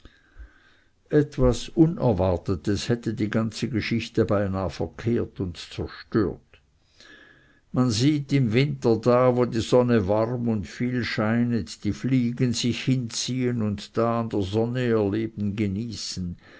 etwas unerwartetes hätte die ganze geschichte beinahe verkehrt und zerstört man sieht im winter da wo die sonne warm und viel scheinet die fliegen sich hinziehn und da an der sonne ihr leben genießen